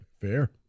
Fair